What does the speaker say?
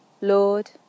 Lord